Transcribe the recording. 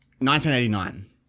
1989